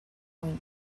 point